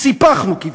סיפחנו כביכול,